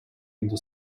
into